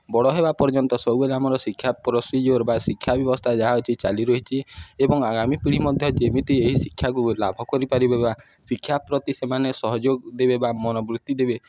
ବଡ଼ ହେବା ପର୍ଯ୍ୟନ୍ତ ସବୁବେଳେ ଆମର ଶିକ୍ଷା ପ୍ରୋସିଜୋର୍ ବା ଶିକ୍ଷା ବ୍ୟବସ୍ଥା ଯାହା ଅଛିି ଚାଲି ରହିଛି ଏବଂ ଆମୀ ପିଢ଼ି ମଧ୍ୟ ଯେମିତି ଏହି ଶିକ୍ଷାକୁ ଲାଭ କରିପାରିବେ ବା ଶିକ୍ଷା ପ୍ରତି ସେମାନେ ସହଯୋଗ ଦେବେ ବା ମନବୃତ୍ତି ଦେବେ